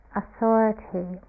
authority